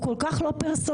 הוא כל כך לא פרסונלי,